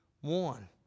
one